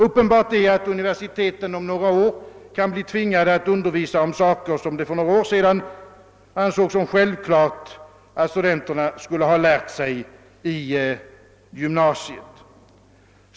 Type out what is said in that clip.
Uppenbart är att universiteten om några år kan bli tvingade att undervisa om saker som de för några år sedan ansåg det vara självklart att studenterna hade lärt sig i gymnasiet.